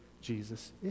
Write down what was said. Jesus